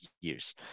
years